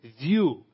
view